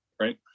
right